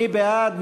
מי בעד?